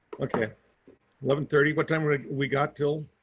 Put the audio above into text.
okay eleven thirty. what time are we got till?